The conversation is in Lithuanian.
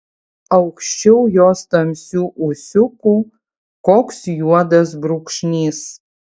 aukščiau jos tamsių ūsiukų koks juodas brūkšnys